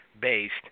based